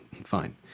Fine